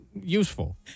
useful